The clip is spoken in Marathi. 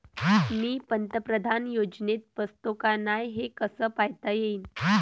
मी पंतप्रधान योजनेत बसतो का नाय, हे कस पायता येईन?